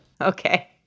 Okay